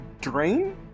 drain